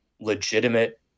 legitimate